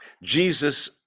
Jesus